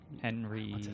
Henry